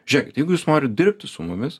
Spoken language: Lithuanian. žiūrėkit jeigu jūs norit dirbti su mumis